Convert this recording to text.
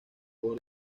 coro